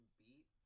beat